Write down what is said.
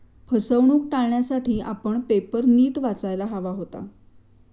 फसवणूक टाळण्यासाठी आपण पेपर नीट वाचायला हवा होता